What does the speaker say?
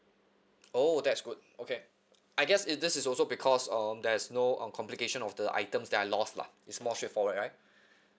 oh that's good okay I guess it this is also because um there's no um complication of the items that I lost lah it's more straight forward right